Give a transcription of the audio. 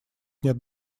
нет